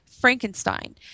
Frankenstein